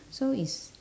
so is